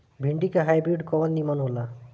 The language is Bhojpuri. भिन्डी के हाइब्रिड कवन नीमन हो ला?